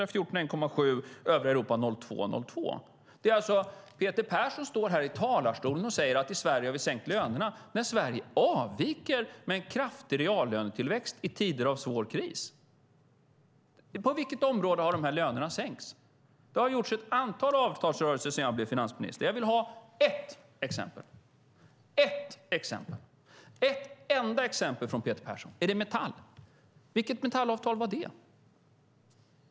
Då säger man 1,7 procent för Sverige och 0,2 procent för övriga Europa, båda åren. Peter Persson står här i talarstolen och säger att vi i Sverige har sänkt lönerna. Men Sverige avviker med en kraftig reallönetillväxt i tider av svår kris. På vilket område har lönerna sänkts? Det har gjorts ett antal avtalsrörelser sedan jag blev finansminister. Jag vill ha ett exempel - ett enda exempel från Peter Persson. Är det Metall? Vilket Metallavtal var det?